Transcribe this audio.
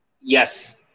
yes